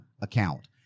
account